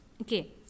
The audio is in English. Okay